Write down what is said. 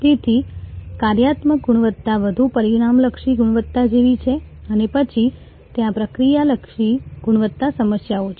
તેથી કાર્યાત્મક ગુણવત્તા વધુ પરિણામલક્ષી ગુણવત્તા જેવી છે અને પછી ત્યાં પ્રક્રિયા લક્ષી ગુણવત્તા સમસ્યાઓ છે